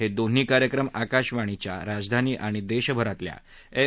हे दोन्ही कार्यक्रम आकाशवाणीच्या राजधानी आणि देशभरातल्या एफ